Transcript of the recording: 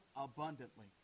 abundantly